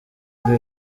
ngo